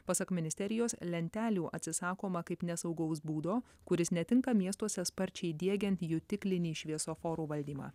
pasak ministerijos lentelių atsisakoma kaip nesaugaus būdo kuris netinka miestuose sparčiai diegiant jutiklinį šviesoforų valdymą